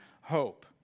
hope